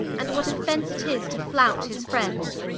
and what offence it is to flout his friends